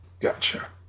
Gotcha